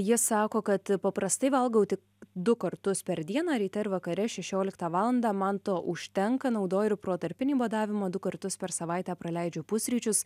jie sako kad paprastai valgau tik du kartus per dieną ryte ir vakare šešioliktą valandą man to užtenka naudoju ir protarpinį badavimą du kartus per savaitę praleidžia pusryčius